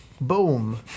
Boom